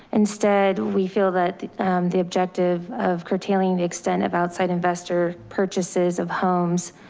instead, we feel that the objective of curtailing the extent of outside investor purchases of homes